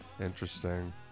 Interesting